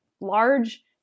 large